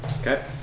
Okay